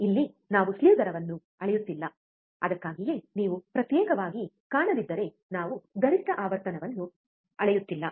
ಇಲ್ಲಿ ನಾವು ಸ್ಲೀವ್ ದರವನ್ನು ಅಳೆಯುತ್ತಿಲ್ಲ ಅದಕ್ಕಾಗಿಯೇ ನೀವು ಪ್ರತ್ಯೇಕವಾಗಿ ಕಾಣದಿದ್ದರೆ ನಾವು ಗರಿಷ್ಠ ಆವರ್ತನವನ್ನು ಅಳೆಯುತ್ತಿಲ್ಲ